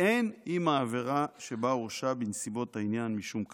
אין עם העבירה שבה הורשע בנסיבות העניין משום קלון.